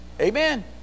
Amen